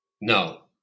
No